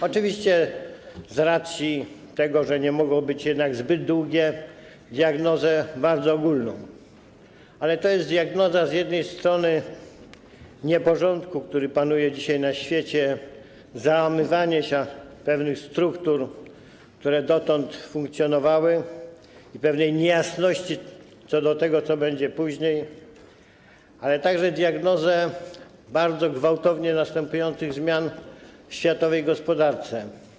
Oczywiście z racji tego, że nie mogło być jednak zbyt długie, diagnozę bardzo ogólną, ale to jest diagnoza z jednej strony nieporządku, który panuje dzisiaj na świecie, załamywania się pewnych struktur, które dotąd funkcjonowały, i pewnej niejasności co do tego, co będzie później, ale także diagnoza bardzo gwałtownie następujących zmian w światowej gospodarce.